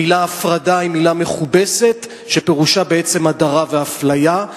המלה הפרדה היא מלה מכובסת שפירושה בעצם הדרה ואפליה.